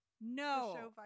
No